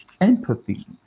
empathy